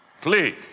please